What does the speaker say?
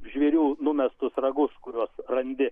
žvėrių numestus ragus kuriuos randi